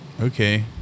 Okay